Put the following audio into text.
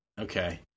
Okay